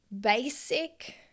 basic